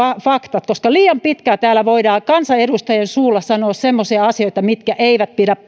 faktat koska liian pitkään täällä voidaan kansanedustajien suulla sanoa semmoisia asioita mitkä eivät pidä